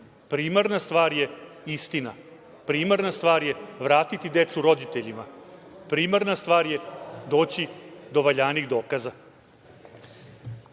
Primarna stvar je istina. Primarna stvar je vratiti decu roditeljima. Primarna stvar je doći do valjanih dokaza. Ono